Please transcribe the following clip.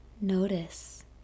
notice